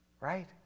Right